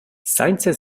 sainza